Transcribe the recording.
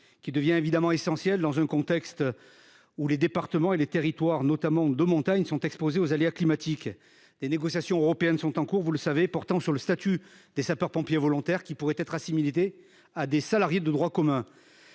qui devient évidemment essentiel dans un contexte où les départements et les territoires, notamment de montagne, sont exposés aux aléas climatiques. Des négociations sont actuellement menées à l’échelon européen à propos du statut des sapeurs pompiers volontaires, qui pourraient être assimilés à des salariés de droit commun.